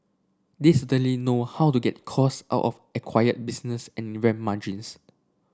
they certainly know how to get cost out of acquired business and ramp margins